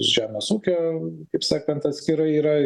žemės ūkio kaip sakant atskirai yra